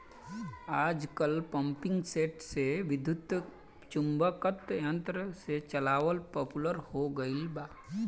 आजकल पम्पींगसेट के विद्युत्चुम्बकत्व यंत्र से चलावल पॉपुलर हो गईल बा